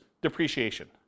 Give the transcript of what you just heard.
depreciation